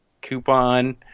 coupon